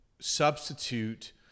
substitute